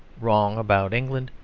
wrong about england,